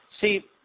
See